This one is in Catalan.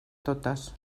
totes